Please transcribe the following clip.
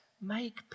Make